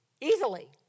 easily